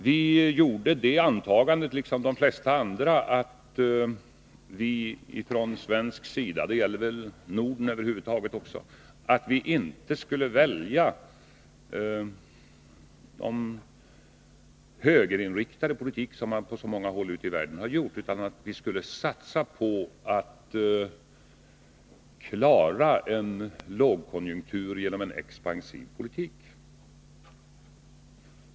Vi, liksom de flesta andra, gjorde det antagandet att vi från svensk sida — det gäller Norden över huvud taget — inte skulle välja den högerinriktade politik som man på så många håll i världen har valt. I stället skulle vi satsa på att klara en lågkonjunktur genom en expansiv politik.